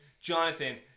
Jonathan